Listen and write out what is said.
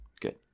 Good